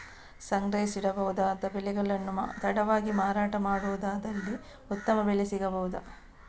ಸಂಗ್ರಹಿಸಿಡಬಹುದಾದ ಬೆಳೆಗಳನ್ನು ತಡವಾಗಿ ಮಾರಾಟ ಮಾಡುವುದಾದಲ್ಲಿ ಉತ್ತಮ ಬೆಲೆ ಸಿಗಬಹುದಾ?